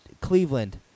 Cleveland